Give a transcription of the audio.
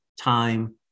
time